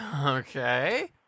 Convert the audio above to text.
Okay